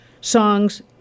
songs